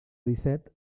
disset